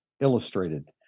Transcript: Illustrated